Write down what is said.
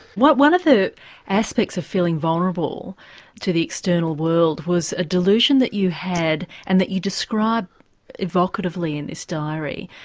one of the aspects of feeling vulnerable to the external world was a delusion that you had, and that you describe evocatively in this diary,